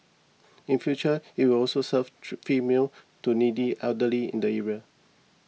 in future it will also serve tree free meals to needy elderly in the area